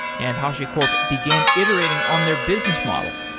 and hashicorp began iterating on their business model.